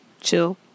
chill